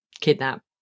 kidnap